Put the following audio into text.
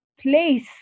place